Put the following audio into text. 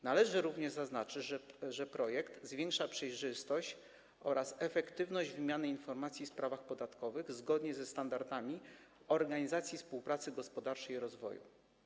Należy również zaznaczyć, że projekt zwiększa przejrzystość oraz efektywność wymiany informacji w sprawach podatkowych zgodnie ze standardami Organizacji Współpracy Gospodarczej i Rozwoju.